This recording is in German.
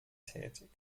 tätig